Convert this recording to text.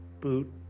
boot